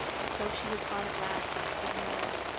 so she has gone at last, said marilla.